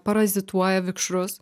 parazituoja vikšrus